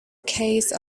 case